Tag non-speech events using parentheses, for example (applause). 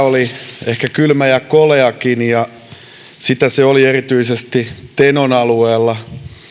(unintelligible) oli ehkä kylmä ja koleakin ja sitä se oli erityisesti tenon alueella